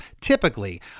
typically